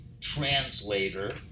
translator